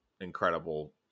incredible